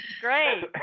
great